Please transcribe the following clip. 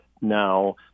now